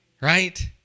Right